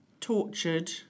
tortured